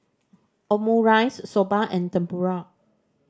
Omurice Soba and Tempura